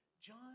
John